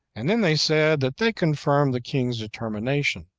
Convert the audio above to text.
and then they said that they confirmed the king's determination,